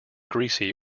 greasy